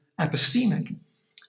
epistemic